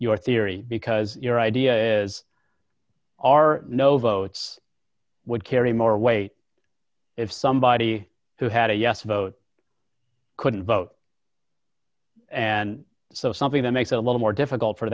your theory because your idea is are no votes would carry more weight if somebody who had a yes vote couldn't vote and so something that makes it a little more difficult for